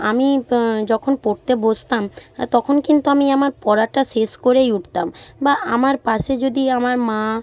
আমি যখন পড়তে বসতাম তখন কিন্তু আমি আমার পড়াটা শেষ করেই উঠতাম বা আমার পাশে যদি আমার মা